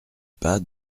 pas